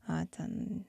a ten